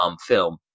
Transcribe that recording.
film